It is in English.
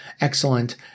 excellent